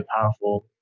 powerful